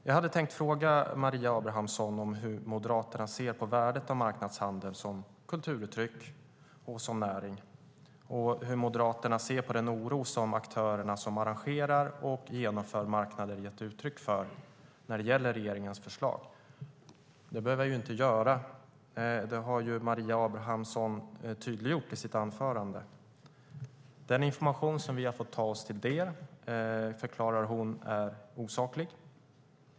Jag hade tänkt fråga Maria Abrahamsson hur Moderaterna ser på värdet av marknadshandeln som kulturuttryck och som näring och hur Moderaterna ser på den oro som aktörerna som arrangerar och genomför marknader gett uttryck för när det gäller regeringens förslag. Det behöver jag inte göra, för Maria Abrahamsson har tydliggjort det i sitt anförande. Den information som vi har fått ta del av förklarar hon är osaklig.